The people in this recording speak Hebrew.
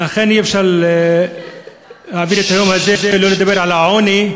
אי-אפשר להעביר את היום הזה ולא לדבר על העוני.